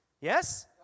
Yes